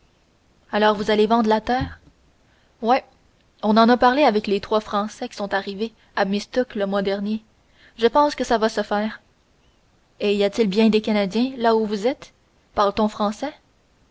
alors vous allez vendre la terre ouais on en a parlé avec trois français qui sont arrivés à mistook le mois dernier je pense que ça va se faire et y a-t-il bien des canadiens là où vous êtes parle-t-on français